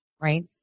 right